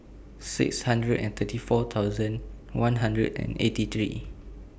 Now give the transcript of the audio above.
six hundred and thirty four thousand one hundred and eighty three